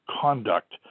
conduct